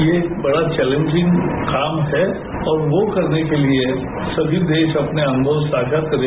ये बड़ा चौलेंजिंग काम है और वो करने के लिए सभी देश अपने अनुभव साझा करें